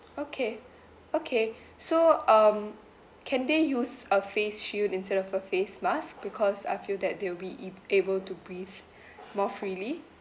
okay okay so um can they use a face shield instead of a face mask because I feel that they will be eb~ able to breathe more freely